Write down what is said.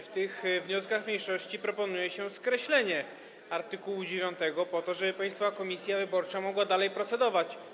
W tych wnioskach mniejszości proponuje się skreślenie art. 9, żeby Państwowa Komisja Wyborcza mogła dalej procedować.